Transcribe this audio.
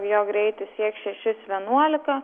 jo greitis sieks šešis vienuolika